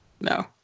No